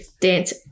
dance